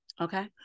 Okay